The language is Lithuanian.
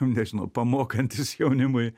nežinau pamokantys jaunimui